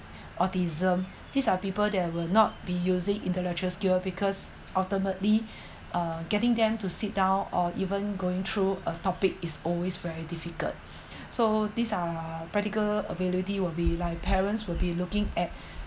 autism these are people that will not be using intellectual skills because ultimately uh getting them to sit down or even going through a topic is always very difficult so these are practical ability will be like parents will be looking at